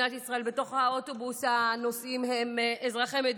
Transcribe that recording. האוטובוס הנוסעים הם אזרחי מדינת ישראל,